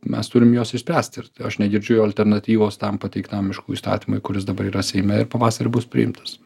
mes turim juos išspręst ir aš negirdžiu jų alternatyvos tam pateiktam miškų įstatymui kuris dabar yra seime ir pavasarį bus priimtas